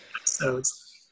episodes